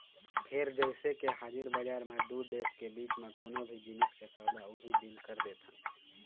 फेर जइसे के हाजिर बजार म दू देश के बीच म कोनो भी जिनिस के सौदा उहीं दिन कर देथन